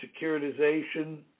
securitization